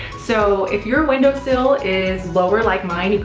so, if your window sill is lower like mine,